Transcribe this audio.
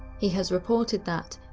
he has reported that,